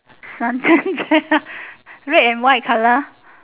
sun tan chair red and white colour